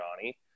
Johnny